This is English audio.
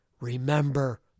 remember